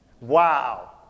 Wow